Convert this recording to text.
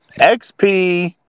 XP